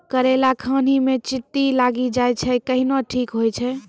करेला खान ही मे चित्ती लागी जाए छै केहनो ठीक हो छ?